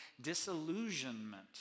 disillusionment